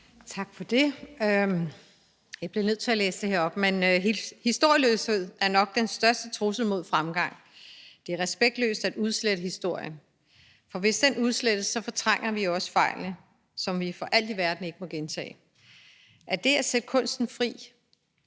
Tak for det. Jeg bliver nødt til at læse det her op. Historieløshed er nok den største trussel mod fremgang. Det er respektløst at udslette historien, for hvis den udslettes, fortrænger vi jo også fejlene, som vi for alt i verden ikke må gentage. Er det at sætte kunsten fri?